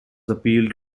appealed